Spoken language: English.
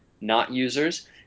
not-users